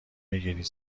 بگیرید